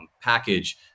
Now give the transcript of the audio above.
package